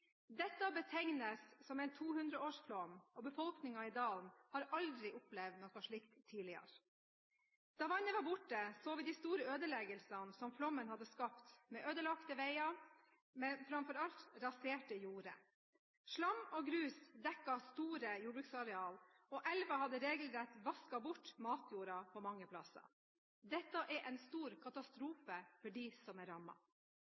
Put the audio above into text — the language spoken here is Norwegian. Dette betegnes som en 200-årsflom, og befolkningen i dalen har aldri opplevd noe slikt tidligere. Da vannet var borte, så vi de store ødeleggelsene som flommen hadde skapt, med ødelagte veier, men framfor alt raserte jorder. Slam og grus dekket store jordbruksarealer, og elven hadde regelrett vasket bort matjorden mange steder. Dette er en stor katastrofe for dem som er